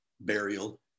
burial